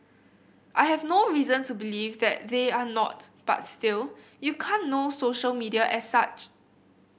I have no reason to believe that they are not but still you can't know social media as such